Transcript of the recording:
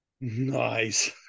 Nice